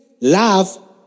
love